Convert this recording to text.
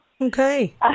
Okay